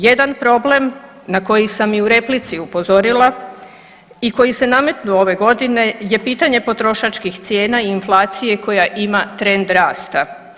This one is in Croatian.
Jedan problem na koji sam i u replici upozorila i koji je se nametnuo ove godine je pitanje potrošačkih cijena i inflacije koja ima trend rasta.